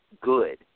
good